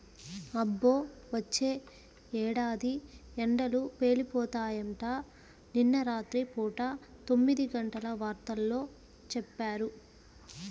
అబ్బో, వచ్చే ఏడాది ఎండలు పేలిపోతాయంట, నిన్న రాత్రి పూట తొమ్మిదిగంటల వార్తల్లో చెప్పారు